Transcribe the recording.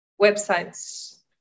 websites